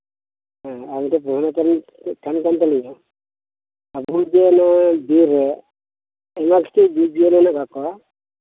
ᱦᱮᱸ ᱟᱢᱴᱷᱮᱱ ᱯᱚᱥᱱᱚ ᱛᱟᱦᱮᱸᱱ ᱠᱟᱱ ᱛᱟᱹᱞᱤᱧᱟ ᱟᱵᱩᱡᱮ ᱱᱚᱜᱚᱭ ᱵᱤᱨ ᱨᱮ ᱟᱭᱢᱟ ᱠᱤᱪᱷᱩ ᱡᱤᱵᱡᱤᱭᱟᱹᱞᱤ ᱢᱮᱱᱟᱜ ᱟᱠᱟᱫ ᱠᱚᱣᱟ